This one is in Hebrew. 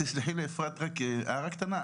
תסלחי לי אפרת, הערה קטנה.